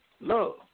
Love